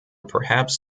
perhaps